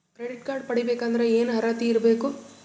Credit card ಪಡಿಬೇಕಂದರ ಏನ ಅರ್ಹತಿ ಇರಬೇಕು?